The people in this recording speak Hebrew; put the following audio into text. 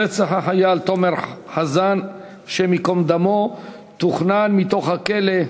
רצח החייל תומר חזן הי"ד תוכנן מתוך הכלא,